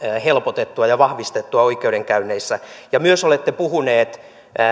helpotettua ja vahvistettua oikeudenkäynneissä ja myös olette puhunut